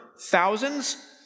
thousands